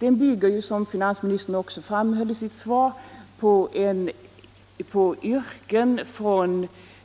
Den bygger, som finansministern också framhöll i sitt svar, på en indelning efter yrken